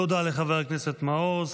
תודה לחבר הכנסת מעוז.